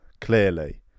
Clearly